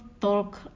talk